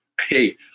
hey